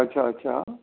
अच्छा अच्छा